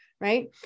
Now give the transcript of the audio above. right